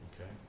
Okay